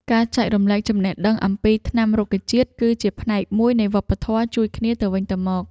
ការចែករំលែកចំណេះដឹងអំពីថ្នាំរុក្ខជាតិ គឺជាផ្នែកមួយនៃវប្បធម៌ជួយគ្នាទៅវិញទៅមក។